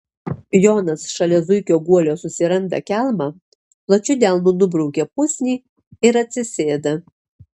jonas šalia zuikio guolio susiranda kelmą plačiu delnu nubraukia pusnį ir atsisėda